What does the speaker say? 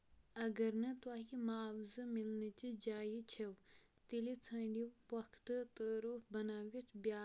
اگر نہٕ تۄہہِ معاوضہٕ مِلنہٕ چہِ جایہِ چھِو تیٚلہِ ژھانٛڈِو پۄختہٕ تعٲرُف بنٲوِتھ بیاكھ اكھ